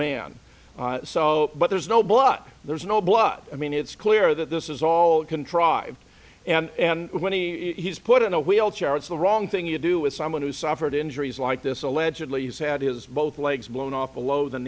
man so but there's no blood there's no blood i mean it's clear that this is all contrived and and when he was put in a wheelchair it's the wrong thing to do with someone who suffered injuries like this allegedly has had his both legs blown off below th